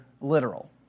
literal